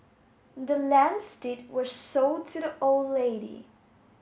the land's deed was sold to the old lady